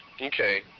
Okay